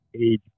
age